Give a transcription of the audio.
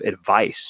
advice